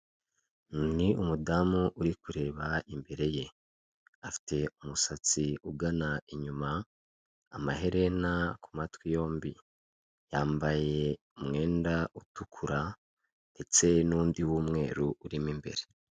Ni umudamu uri kureba imbere ye, afite umusati ugana inyuma, amaherena kumatwi yombi. Yambaye umwenda utukura, ndetse n'undi w'umweru urimo imbere.